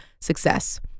success